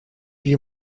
you